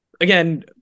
again